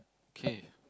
K